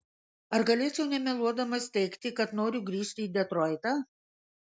ar galėčiau nemeluodamas teigti kad noriu grįžti į detroitą